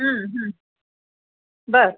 बरं